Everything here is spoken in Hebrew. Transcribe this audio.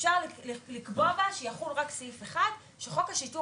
אפשר לקבוע בה שיחול רק סעיף 1 שחוק השיטור